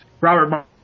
Robert